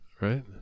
Right